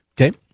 Okay